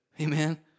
Amen